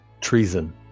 Treason